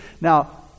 Now